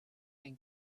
been